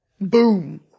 Boom